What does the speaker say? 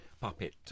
puppet